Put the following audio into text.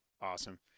Awesome